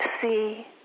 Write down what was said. see